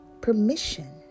permission